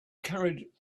carried